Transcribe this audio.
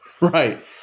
Right